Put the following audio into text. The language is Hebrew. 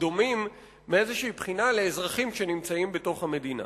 דומים מאיזו בחינה לאזרחים שנמצאים בתוך המדינה.